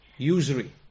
Usury